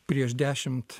prieš dešimt